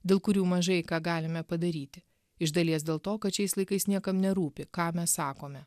dėl kurių mažai ką galime padaryti iš dalies dėl to kad šiais laikais niekam nerūpi ką mes sakome